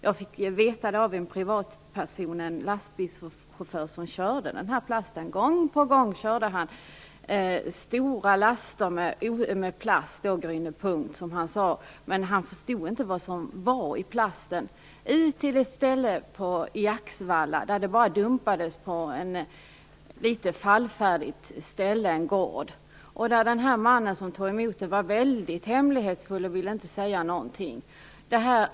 Jag fick veta detta av en privatperson, en lastbilschaufför som körde den här lasten gång på gång. Han körde stora laster av plast och Grüne Punkt - som han sade, men han förstod inte vad som var i plasten - ut till ett ställe i Axvalla där det dumpades på ett något fallfärdigt ställe, en gård. Den man som tog emot det var väldigt hemlighetsfull och ville inte säga någonting.